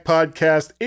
Podcast